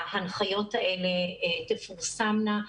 ההנחיות האלה תפורסמנה.